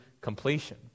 completion